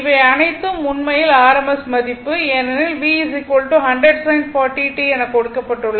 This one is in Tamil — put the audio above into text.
இவை அனைத்தும் உண்மையில் r rms மதிப்பு ஏனெனில் V 100 sin 40t எனக் கொடுக்கப்பட்டுள்ளது